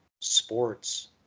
sports